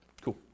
cool